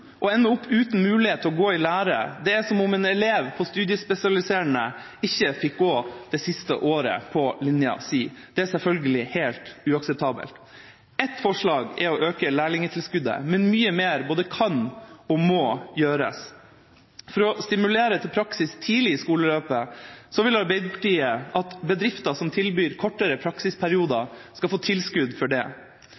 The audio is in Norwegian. ende opp uten mulighet til å gå i lære er som om en elev på studiespesialiserende ikke fikk gå det siste året på linja si. Det er selvfølgelig helt uakseptabelt. Et forslag er å øke lærlingtilskuddet, men mye mer både kan og må gjøres. For å stimulere til praksis tidlig i skoleløpet vil Arbeiderpartiet at bedrifter som tilbyr kortere praksisperioder, skal få tilskudd til det.